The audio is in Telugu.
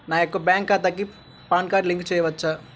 నా యొక్క బ్యాంక్ ఖాతాకి పాన్ కార్డ్ లింక్ చేయవచ్చా?